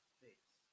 face